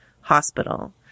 hospital